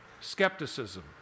skepticism